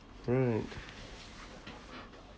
right